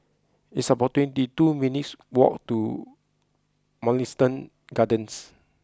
it's about twenty two minutes' walk to Mugliston Gardens